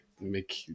make